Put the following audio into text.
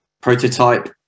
prototype